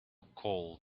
cold